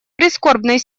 прискорбной